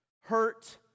Hurt